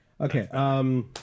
Okay